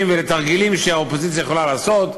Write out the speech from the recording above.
ותרגילים שהאופוזיציה יכולה לעשות,